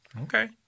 Okay